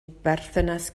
berthynas